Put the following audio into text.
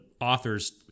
authors